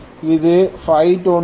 இது 524